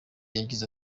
yagize